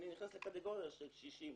אני נכנסת לקטגוריה של קשישים,